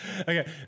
Okay